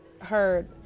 heard